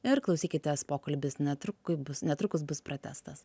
ir klausykitės pokalbis netruku bus netrukus bus pratęstas